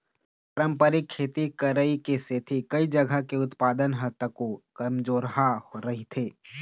पारंपरिक खेती करई के सेती कइ जघा के उत्पादन ह तको कमजोरहा रहिथे